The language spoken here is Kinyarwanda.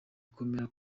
komera